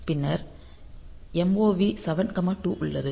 பின்னர் MOV 72 உள்ளது